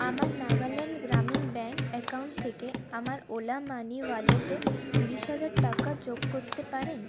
আমার Nagaland Grameen bank account থেকে আমার ওলা মানি ওয়ালেটে তিরিশ হাজার টাকা যোগ করতে পারেন